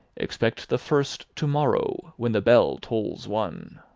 expect the first to-morrow, when the bell tolls one.